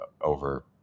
over